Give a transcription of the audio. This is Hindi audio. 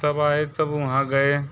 तब आए तब वहाँ गए